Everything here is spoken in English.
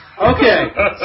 Okay